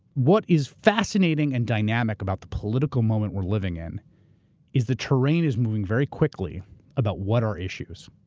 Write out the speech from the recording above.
what is fascinating and dynamic about the political moment we're living in is the terrain is moving very quickly about what are issues.